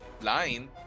Line